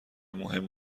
مهم